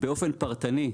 באופן פרטני,